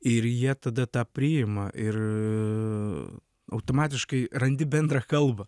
ir jie tada tą priima ir automatiškai randi bendrą kalbą